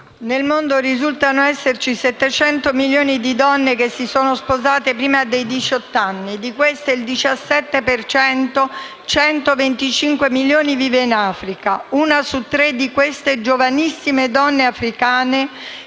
nel mondo risultano esserci 700 milioni di donne che si sono sposate prima dei diciotto anni, e di queste il 17 per cento - 125 milioni - vive in Africa; una su tre di queste giovanissime donne africane